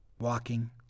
walking